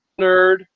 nerd